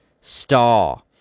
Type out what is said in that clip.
star